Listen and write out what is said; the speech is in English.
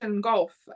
golf